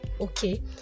okay